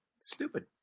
Stupid